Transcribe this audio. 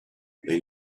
they